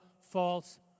false